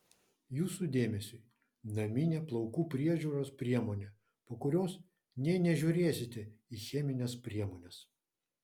jūsų dėmesiui naminė plaukų priežiūros priemonė po kurios nė nežiūrėsite į chemines priemones